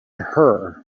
her